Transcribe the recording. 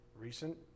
recent